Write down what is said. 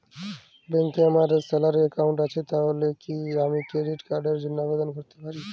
ব্যাংকে আমার salary account আছে তাহলে কি আমি ক্রেডিট কার্ড র জন্য আবেদন করতে পারি?